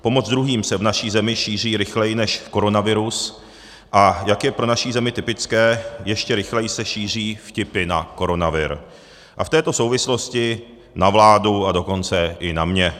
Pomoc druhým se v naší zemi šíří rychleji než koronavirus, a jak je pro naši zemi typické, ještě rychleji se šíří vtipy na koronavir a v této souvislosti na vládu, a dokonce i na mě.